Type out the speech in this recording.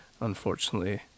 unfortunately